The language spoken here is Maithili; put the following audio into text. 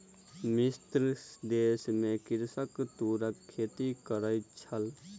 मिस्र देश में कृषक तूरक खेती करै छल